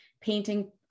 painting